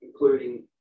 including